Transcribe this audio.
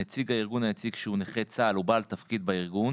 נציג הארגון היציג שהוא נכה צה"ל או בעל תפקיד בארגון